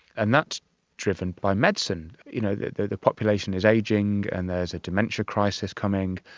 and that's driven by medicine. you know the the population is ageing and there's a dementia crisis coming,